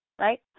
right